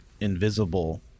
invisible